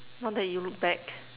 now that you look back